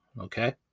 okay